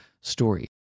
story